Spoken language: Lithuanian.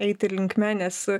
eiti linkme nes